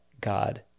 God